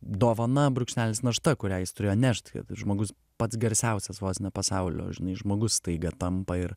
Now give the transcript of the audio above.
dovana brūkšnelis našta kurią jis turėjo nešt kad žmogus pats garsiausias vos ne pasaulio žinai žmogus staiga tampa ir